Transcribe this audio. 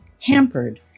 hampered